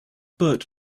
but